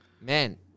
man